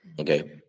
Okay